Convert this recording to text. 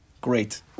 great